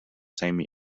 same